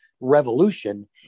revolution